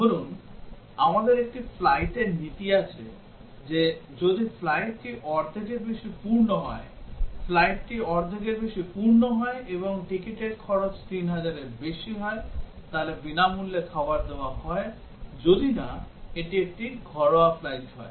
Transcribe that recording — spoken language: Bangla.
ধরুন আমাদের একটি ফ্লাইটের নীতি আছে যে যদি ফ্লাইটটি অর্ধেকের বেশি পূর্ণ হয় ফ্লাইটটি অর্ধেকের বেশি পূর্ণ হয় এবং টিকিটের খরচ 3000 এর বেশি হয় তাহলে বিনামূল্যে খাবার দেওয়া হয় যদি না এটি একটি ঘরোয়া ফ্লাইট হয়